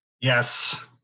yes